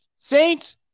Saints